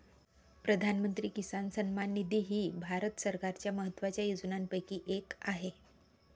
प्रधानमंत्री किसान सन्मान निधी ही भारत सरकारच्या महत्वाच्या योजनांपैकी एक आहे